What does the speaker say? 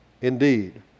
Indeed